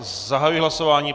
Zahajuji hlasování.